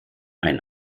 ein